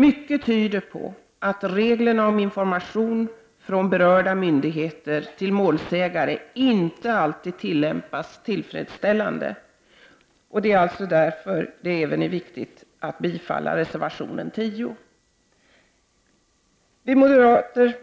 Mycket tyder på att reglerna om information från berörda myndigheter till målsägare inte alltid tillämpas tillfredsställande. Det är därför viktigt att yrka bifall till reservation 10. Vi